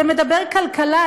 זה מדבר כלכלה,